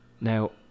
Now